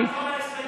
של קבוצת סיעת מרצ,